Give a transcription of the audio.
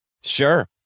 Sure